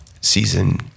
season